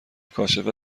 کاشف